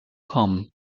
kommen